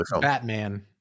batman